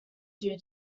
due